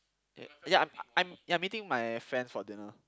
yeah yeah I'm I'm ya I'm meeting my friends for dinner